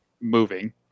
moving